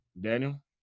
Daniel